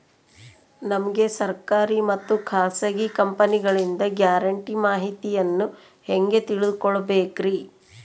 ನಮಗೆ ಸರ್ಕಾರಿ ಮತ್ತು ಖಾಸಗಿ ಕಂಪನಿಗಳಿಂದ ಗ್ಯಾರಂಟಿ ಮಾಹಿತಿಯನ್ನು ಹೆಂಗೆ ತಿಳಿದುಕೊಳ್ಳಬೇಕ್ರಿ?